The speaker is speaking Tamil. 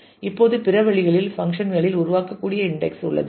இப்போது பிற வழிகளில் பங்க்ஷன் களில் உருவாக்கக்கூடிய இன்டெக்ஸ் உள்ளது